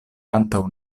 antaŭ